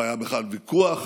לא היה בכלל ויכוח,